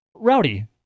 Rowdy